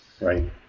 right